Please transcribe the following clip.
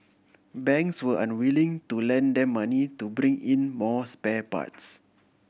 banks were unwilling to lend them money to bring in more spare parts